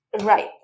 Right